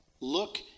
Look